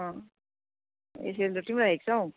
ए सेल रोटी पनि राखेको छौ